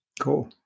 Cool